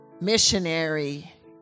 missionary